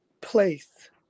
place